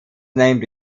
named